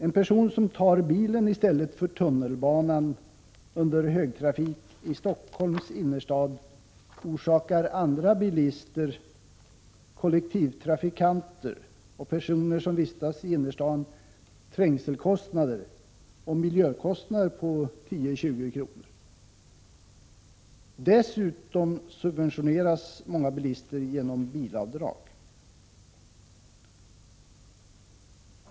En person som tar bilen i stället för tunnelbanan under högtrafik i Stockholms innerstad orsakar andra bilister, kollektivtrafikanter och personer som vistas i innerstaden trängselkostnader och miljökostnader på 10-20 kr. Dessutom subventioneras många bilister genom bilavdrag.